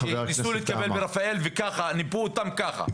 שניסו להתקבל לרפאל וניפו אותם ככה.